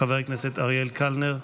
חבר הכנסת אריאל קלנר,